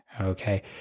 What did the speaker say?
Okay